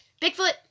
Bigfoot